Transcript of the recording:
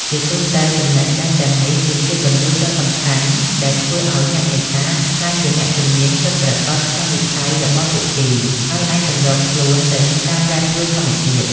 ជាទូទៅ ចំណេះដឹងទាំងនេះគឺជាគន្លឹះដ៏សំខាន់ដែលធ្វើឱ្យអ្នកនេសាទក្លាយជាអ្នកជំនាញពិតប្រាកដក្នុងវិស័យរបស់ពួកគេ ហើយអាចសម្របខ្លួនទៅនឹងការប្រែប្រួលធម្មជាតិ។